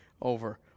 over